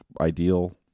ideal